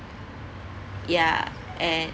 ya and